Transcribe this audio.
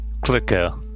Clicker